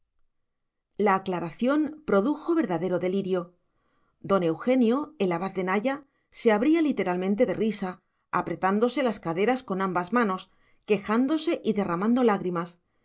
la aclaración produjo verdadero delirio don eugenio el abad de naya se abría literalmente de risa apretándose las caderas con ambas manos quejándose y derramando lágrimas